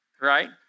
Right